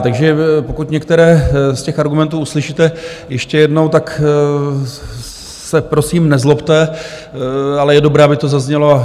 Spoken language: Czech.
Takže pokud některé z těch argumentů uslyšíte ještě jednou, tak se prosím nezlobte, ale je dobré, aby to zaznělo.